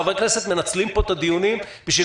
חברי כנסת מנצלים פה את הדיונים בשביל